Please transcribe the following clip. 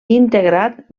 integrat